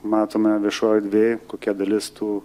matome viešoj erdvėj kokia dalis tų